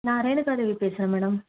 நான் ரேணுகாதேவி பேசுகிறேன் மேடம்